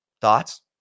Thoughts